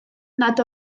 nad